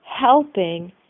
helping